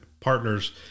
partners